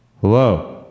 Hello